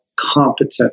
Competent